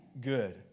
good